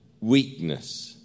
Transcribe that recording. weakness